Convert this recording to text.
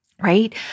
right